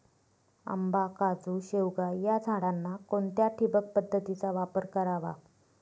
आंबा, काजू, शेवगा या झाडांना कोणत्या ठिबक पद्धतीचा वापर करावा?